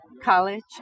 college